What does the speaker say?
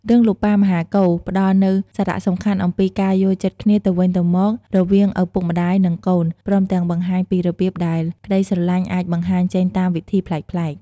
រឿង "លោកប៉ាមហាកូរ" ផ្តល់នូវសារៈសំខាន់អំពីការយល់ចិត្តគ្នាទៅវិញទៅមករវាងឪពុកម្តាយ និងកូន ព្រមទាំងបង្ហាញពីរបៀបដែលក្តីស្រឡាញ់អាចបង្ហាញចេញតាមវិធីប្លែកៗ។